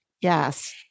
Yes